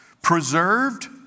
Preserved